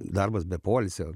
darbas be poilsio